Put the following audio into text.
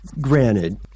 granted